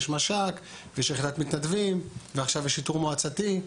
יש מש"ק ויש יחידת מתנדבים ועכשיו יש שיטור מועצתי.